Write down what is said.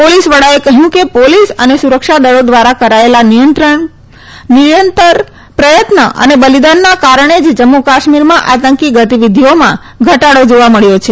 police વડાએ કહ્યું કે પોલીસ અને સુરક્ષાદળો દ્વારા કરાયેલા નિરંતર પ્રયત્ન અને બલિદાનના કારણે જ જમ્મુ કાશ્મીરમાં આતંકી ગતિવિધિઓ ઘટાડો જાવા મળ્યો છે